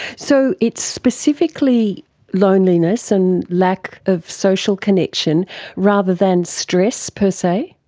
so it's specifically loneliness and lack of social connection rather than stress per se?